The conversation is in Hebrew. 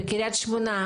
בקרית שמונה,